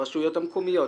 הרשויות המקומיות,